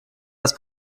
das